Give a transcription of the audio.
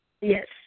Yes